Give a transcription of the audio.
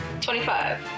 25